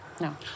No